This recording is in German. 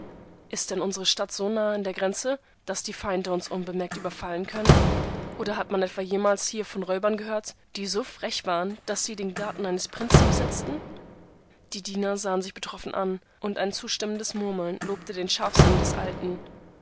ist denn unsere stadt so nahe an der grenze daß die feinde uns unbemerkt überfallen können oder hat man etwa jemals hier von räubern gehört die so frech waren daß sie den garten eines prinzen besetzten die diener sahen sich betroffen an und ein zustimmendes murmeln lobte den scharfsinn des alten